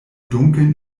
dunkeln